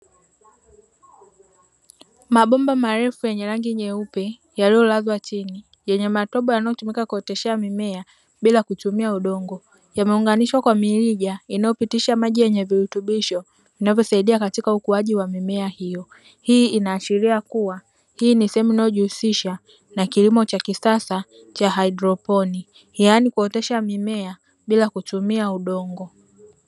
Mabomba marefu yenye rangi nyeupe yaliyolazwa chini yenye matobo yanayotumika kuoteshea mimea bila kutumia udongo. Yameunganishwa kwa mirija inayopitisha maji yenye virutubisho inayosaidia katika ukuaji wa mimea hiyo, hii inaashiria kuwa hii ni sehemu inayojihusisha na kilimo cha kisasa cha haidroponi yaani kuotesha mimea bila kutumia udongo.